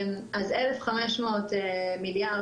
אז 1,500 מיליארד,